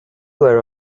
were